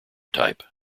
type